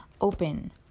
open